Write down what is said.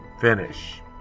finish